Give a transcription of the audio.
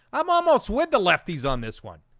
i'm almost with the lefties on this one